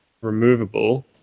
removable